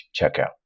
checkout